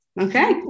okay